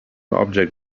object